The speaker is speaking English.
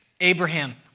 Abraham